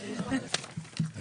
אנחנו מתחילים.